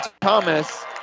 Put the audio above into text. Thomas